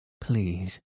please